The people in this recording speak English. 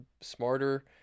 smarter